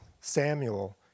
Samuel